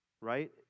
right